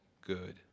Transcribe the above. good